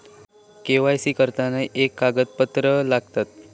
KYC करताना काय कागदपत्रा लागतत?